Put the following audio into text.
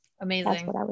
Amazing